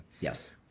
yes